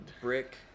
Brick